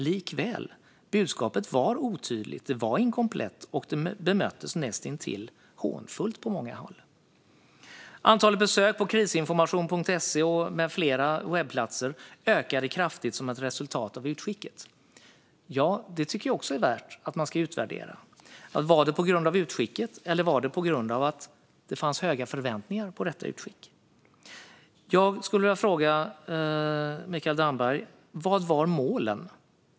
Likväl: Budskapet var otydligt, det var inkomplett och det bemöttes näst intill hånfullt på många håll. Antalet besök på Krisinformation.se med flera webbplatser ökade kraftigt som ett resultat av utskicket, säger ministern. Det tycker jag också är värt att utvärdera. Var det på grund av utskicket, eller var det på grund av att det fanns höga förväntningar på detta utskick? Jag skulle vilja fråga Mikael Damberg: Vad var målen?